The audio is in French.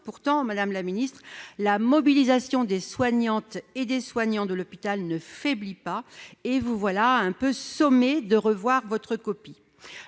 Pourtant, la mobilisation des soignantes et des soignants de l'hôpital ne faiblit pas, et vous voilà sommée de revoir votre copie.